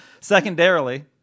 Secondarily